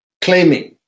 claiming